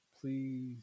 please